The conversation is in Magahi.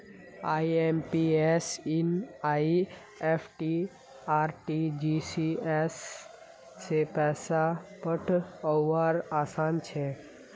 आइ.एम.पी.एस एन.ई.एफ.टी आर.टी.जी.एस स पैसा पठऔव्वार असान हछेक